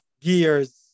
gears